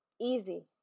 easy